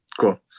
cool